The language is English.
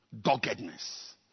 Doggedness